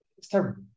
start